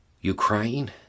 Ukraine